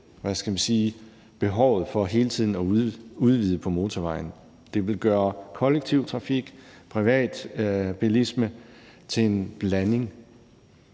hvad skal man sige, behovet for hele tiden at udvide motorvejene. Det vil gøre kollektiv trafik og privatbilisme til en blanding,